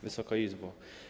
Wysoka Izbo!